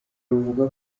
ruvuga